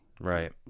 Right